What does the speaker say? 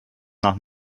nach